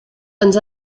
ens